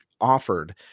Offered